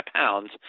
pounds